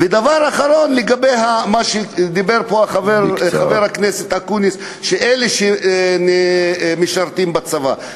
ודבר אחרון לגבי מה שדיבר פה חבר הכנסת אקוניס על אלה שמשרתים בצבא.